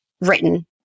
written